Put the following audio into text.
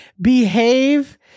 behave